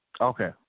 Okay